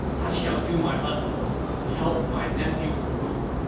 i shall do my utmost to help my nephews rule.